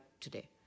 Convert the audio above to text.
today